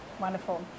wonderful